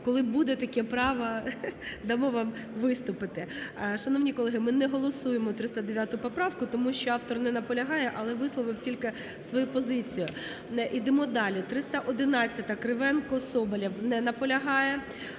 коли буде таке право, дамо вам виступити. Шановні колеги, ми не голосуємо 309 поправку, тому що автор не наполягає, але висловив тільки свою позицію. Йдемо далі. 311-а, Кривенко, Соболєв. Не наполягає.